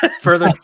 further